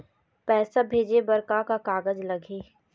पैसा भेजे बर का का कागज लगही?